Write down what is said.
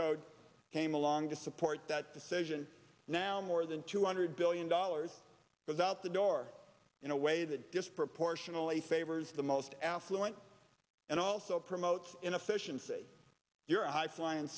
code came along to support that decision now more than two hundred billion dollars was out the door in a way that disproportionately favors the most affluent and also promotes inefficiency you're a high fly